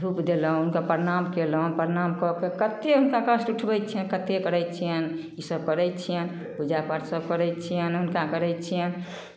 धूप देलहुँ हुनका प्रणाम कयलहुँ प्रणाम कऽ कऽ कतेक हुनका कष्ट उठबै छियनि कतेक करै छियनि इसभ करै छियनि पूजा पाठ सभ करै छियनि हुनका करै छियनि